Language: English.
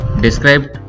described